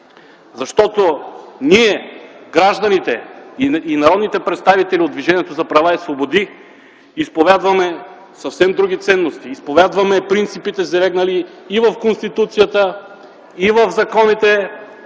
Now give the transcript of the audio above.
Защото ние, гражданите и народните представители от Движението за права и свободи, изповядваме съвсем други ценности, изповядваме принципите, залегнали и в Конституцията, и в Закона